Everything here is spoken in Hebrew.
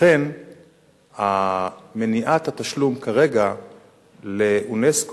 לכן מניעת התשלום כרגע לאונסק"ו,